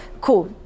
Cool